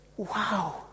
Wow